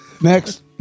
Next